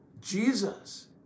Jesus